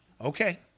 Okay